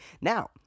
Now